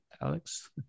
Alex